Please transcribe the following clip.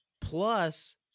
Plus